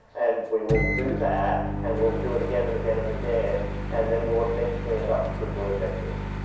and we will do that, and we'll do it again and again and again, and then will eventually end up with good word vectors.